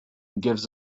gives